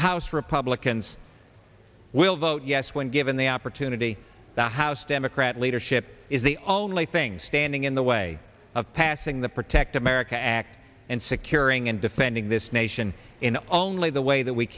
house republicans will vote yes when given the opportunity the house democrat leadership is the only thing standing in the way of passing the protect america act and securing and defending this nation in only the way that we